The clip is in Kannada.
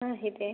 ಹಾಂ ಇದೆ